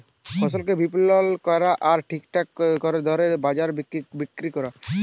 ফসলকে বিপলল ক্যরা আর ঠিকঠাক দরে বাজারে বিক্কিরি ক্যরা